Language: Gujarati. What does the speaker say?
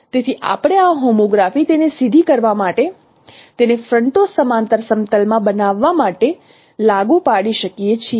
તેથી આપણે આ હોમોગ્રાફી તેને સીધી કરવા માટે તેને ફ્રન્ટો સમાંતર સમતલ માં બનાવવા માટે લાગુ પાડી શકીએ છીએ